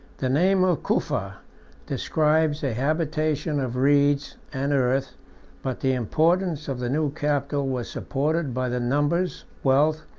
the name of cufa describes a habitation of reeds and earth but the importance of the new capital was supported by the numbers, wealth,